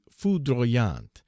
foudroyante